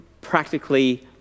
practically